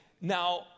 now